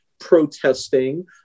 protesting